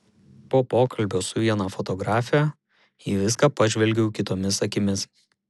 po pokalbio su viena fotografe į viską pažvelgiau kitomis akimis